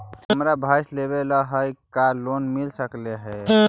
हमरा भैस लेबे ल है का लोन मिल सकले हे?